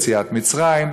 יציאת מצרים.